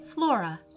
Flora